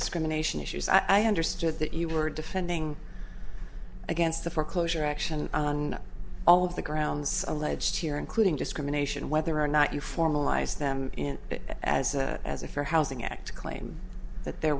discrimination issues i understood that you were defending against the foreclosure action on all of the grounds alleged here including discrimination whether or not you formalized them in as a as a fair housing act claim that there